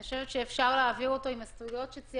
אני חושבת שאפשר להעביר אותו עם ההסתייגויות שציינתם,